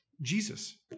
Jesus